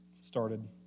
started